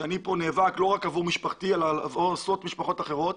כי אני נאבק כאן לא רק עבור משפחתי אלא גם עבור עשרות משפחות אחרות,